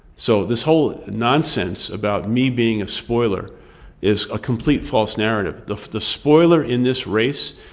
so this whole nonsense about me being a spoiler is a complete false narrative. the the spoiler in this race,